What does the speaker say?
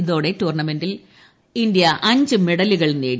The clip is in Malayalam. ഇതോടെ ടൂർണമെന്റിൽ ഇന്തൃ അഞ്ച് മെഡലുകൾ നേടി